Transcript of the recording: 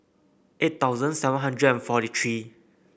eight thousand seven hundred forty three